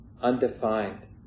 undefined